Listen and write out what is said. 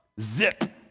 zip